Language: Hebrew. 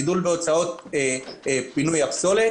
גידול בהוצאות פינוי הפסולת.